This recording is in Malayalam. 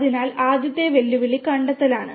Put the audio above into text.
അതിനാൽ ആദ്യത്തെ വെല്ലുവിളി കണ്ടെത്തലാണ്